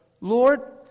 Lord